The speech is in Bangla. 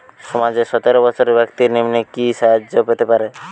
সমাজের সতেরো বৎসরের ব্যাক্তির নিম্নে কি সাহায্য পেতে পারে?